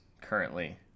currently